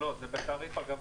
זה בתעריף הגבוה.